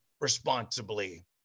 responsibly